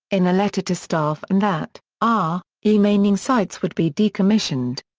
in a letter to staff and that r emaining sites would be decommissioned.